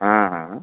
हाँ हाँ